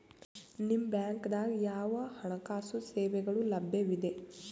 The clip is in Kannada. ನಿಮ ಬ್ಯಾಂಕ ದಾಗ ಯಾವ ಹಣಕಾಸು ಸೇವೆಗಳು ಲಭ್ಯವಿದೆ?